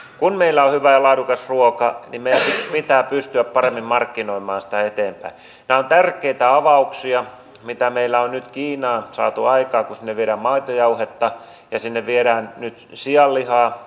kun meillä on hyvä ja laadukas ruoka niin meidän pitää pystyä paremmin markkinoimaan sitä eteenpäin nämä ovat tärkeitä avauksia mitä meillä on nyt kiinaan saatu aikaan kun sinne viedään maitojauhetta ja sinne lähdetään viemään nyt sianlihaa